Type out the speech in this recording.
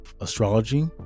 astrology